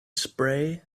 spray